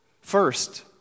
First